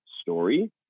story